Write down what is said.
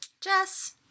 Jess